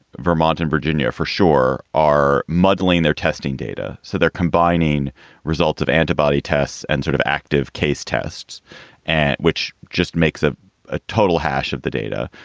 vermont and virginia for sure, are muddling their testing data. so they're combining results of antibody tests and sort of active case tests and which just makes a ah total hash of the data.